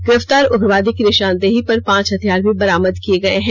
गिरफ्तार उग्रवादी की निषानदेही पर पांच हथियार भी बरामद किये गये हैं